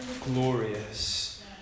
glorious